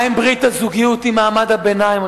מה עם ברית הזוגיות עם מעמד הביניים,